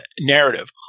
narrative